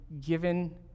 given